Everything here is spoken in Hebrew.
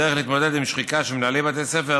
הדרך להתמודד עם שחיקה של מנהלי בתי ספר